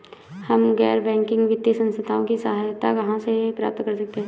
हम गैर बैंकिंग वित्तीय संस्थानों की सहायता कहाँ से प्राप्त कर सकते हैं?